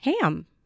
ham